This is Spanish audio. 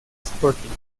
sporting